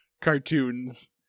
cartoons